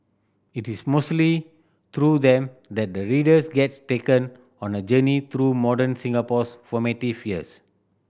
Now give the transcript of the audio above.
it is mostly through them that the readers gets taken on a journey through modern Singapore's formative years